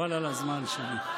חבל על הזמן שלי.